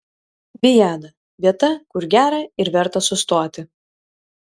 viada vieta kur gera ir verta sustoti